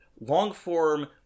long-form